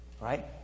Right